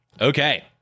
Okay